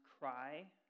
cry